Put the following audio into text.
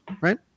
right